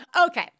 okay